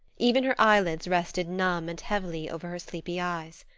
even her eyelids rested numb and heavily over her sleepy eyes.